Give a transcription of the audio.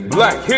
Black